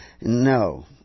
No